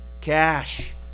cash